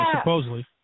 supposedly